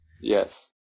Yes